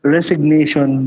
Resignation